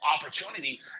opportunity